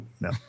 No